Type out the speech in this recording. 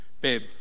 babe